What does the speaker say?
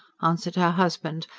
answered her husband,